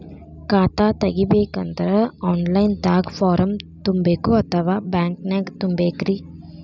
ಖಾತಾ ತೆಗಿಬೇಕಂದ್ರ online ದಾಗ ಫಾರಂ ತುಂಬೇಕೊ ಅಥವಾ ಬ್ಯಾಂಕನ್ಯಾಗ ತುಂಬ ಬೇಕ್ರಿ?